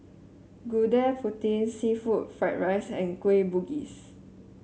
Gudeg Putih seafood Fried Rice and Kueh Bugis